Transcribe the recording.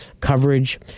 coverage